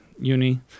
uni